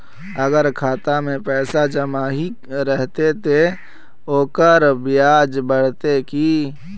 अगर खाता में पैसा जमा ही रहते ते ओकर ब्याज बढ़ते की?